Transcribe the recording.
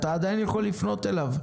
אתה עדיין יכול לפנות אליו.